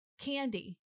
candy